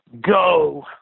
Go